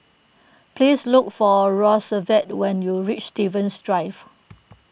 please look for Roosevelt when you reach Stevens Drive